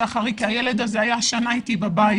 דבר שהיה שחריג כי הילד הזה היה שנה אתי בבית.